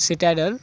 citadel